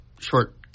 short